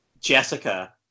Jessica